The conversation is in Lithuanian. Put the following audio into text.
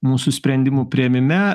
mūsų sprendimų priėmime